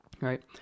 right